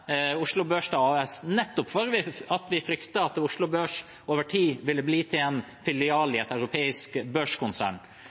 Oslo Børs til AS, nettopp fordi vi fryktet at Oslo Børs over tid ville bli en filial